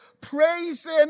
praising